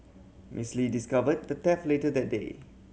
Miss Lee discovered the theft later that day